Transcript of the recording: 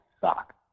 suck